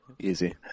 Easy